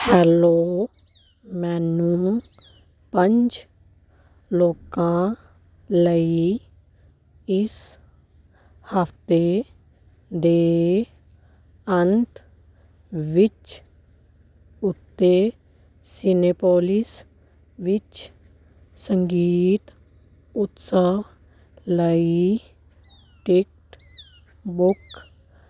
hello ਮੈਨੂੰ ਪੰਜ ਲੋਕਾਂ ਲਈ ਇਸ ਹਫਤੇ ਦੇ ਅੰਤ ਵਿਚ ਉੱਤੇ ਸਿਨੇਪੋਲਿਸ ਵਿੱਚ ਸੰਗੀਤ ਉਤਸਵ ਲਈ ਟਿਕਟ ਬੁੱਕ